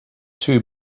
two